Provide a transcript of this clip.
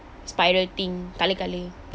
spiral thing colour colour